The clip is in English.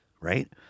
right